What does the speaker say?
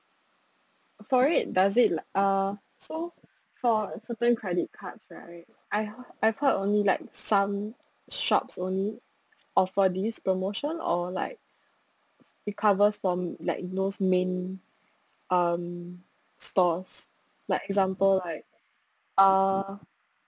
for it does it uh so for certain credit cards right I hea~ I've heard only like some shops only or for this promotion or like it covers for like those main um stalls like example like uh